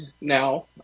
now